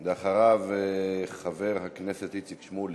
אחריו, חבר הכנסת איציק שמולי.